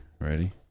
ready